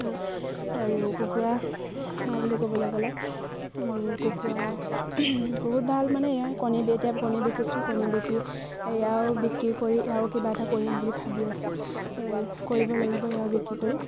আৰু কুকুৰা হাঁহ বুলি ক'বলৈ গ'লে কুকুৰা বহুত ভাল মানে এয়া কণী এতিয়া কণী বিকিছোঁ কণী বিক্ৰী এয়াও বিক্ৰী কৰি আৰু কিবা এটা কৰিম বুলি ভাবি আছোঁ কৰিব লাগিব এয়াও বিক্ৰী কৰি